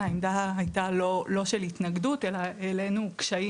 העמדה הייתה לא של התנגדות אלא העלנו קשיים